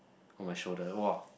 on my shoulder !wah!